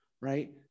right